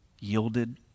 yielded